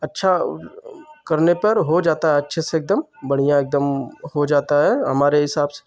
अच्छा करने पर हो जाता है अच्छे से एक दम बढ़िया एकदम हो जाता है हमारे हिसाब से